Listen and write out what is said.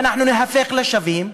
ואנחנו ניהפך לשווים,